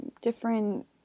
different